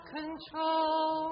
control